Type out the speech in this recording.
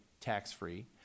tax-free